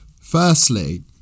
firstly